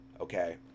Okay